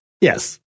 Yes